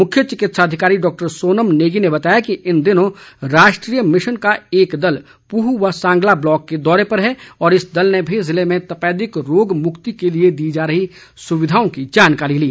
मुख्य चिकित्सा अधिकारी डॉक्टर सोनम नेगी ने बताया कि इन दिनों राष्ट्रीय मिशन का एक दल पूह व सांगला ब्लॉक के दौरे पर है और इस दल ने भी जिले में तपेदिक रोग मुक्ति के लिए दी जा रही सुविधाओं की जानकारी ली